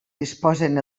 disposen